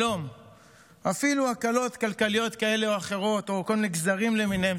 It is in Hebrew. שלום או אפילו הקלות כלכליות כאלה ואחרות או כל מיני גזרים למיניהם,